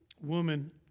woman